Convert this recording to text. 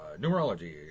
numerology